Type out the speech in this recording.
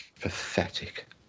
Pathetic